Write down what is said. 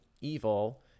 evil